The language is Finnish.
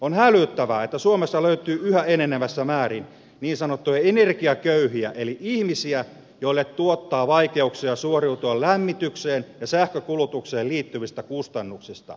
on hälyttävää että suomesta löytyy yhä enenevissä määrin niin sanottuja energiaköyhiä eli ihmisiä joille tuottaa vaikeuksia suoriutua lämmitykseen ja sähkönkulutukseen liittyvistä kustannuksista